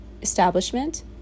establishment